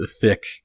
thick